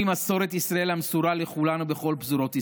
מסורת ישראל המסורה לכולנו בכל פזורות ישראל.